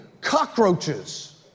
cockroaches